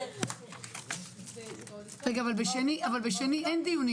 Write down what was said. הרציונל אומר שיש סמכות לעשות לבית חולים ממשלתי אם רוצים לייצר שוויון